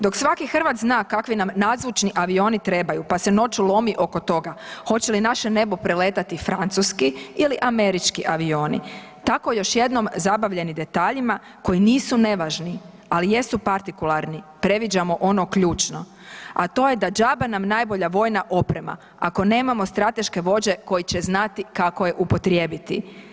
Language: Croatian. Dok svaki Hrvat kakvi nam nadzvučni avioni trebaju pa se noću lomi oko toga hoće li naše nebo preletati francuski ili američki avioni, tako još jednom zabavljeni detaljima koji nisu nevažni, ali jesu partikularni, previđamo ono ključno, a to je da džaba nam vojna oprema ako nemamo strateške vođe koje će znati kako je upotrijebiti.